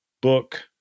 book